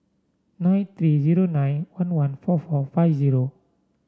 nine three zero nine one one four four five zero